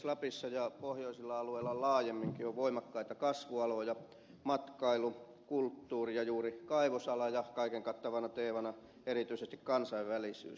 lapissa ja pohjoisilla alueilla laajemminkin on voimakkaita kasvualoja matkailu kulttuuri ja juuri kaivosala ja kaiken kattavana teemana erityisesti kansainvälisyys